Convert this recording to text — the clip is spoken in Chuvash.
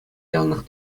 яланах